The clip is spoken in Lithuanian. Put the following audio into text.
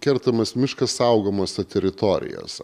kertamas miškas saugomose teritorijose